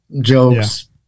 jokes